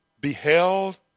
beheld